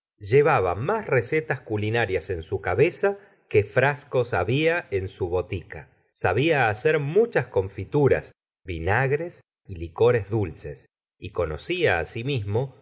llevaba más recetas culinarias en su cabeza que frascos había en su botica sabia hacer muchas confituras vinagres y licores dulces y conocía asimismo